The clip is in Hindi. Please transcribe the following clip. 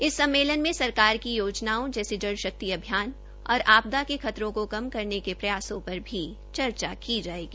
इस सम्मेलन में सरकार की योजनाओं जैसे जल शक्ति अभियान और आपादा के खतरों को कम करने के प्रयासों पर भी चर्चा की जायेगी